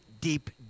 deep